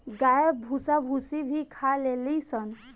गाय भूसा भूसी भी खा लेली सन